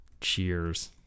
Cheers